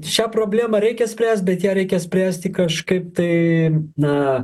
šią problemą reikia spręsti bet ją reikia spręsti kažkaip tai na